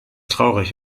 traurig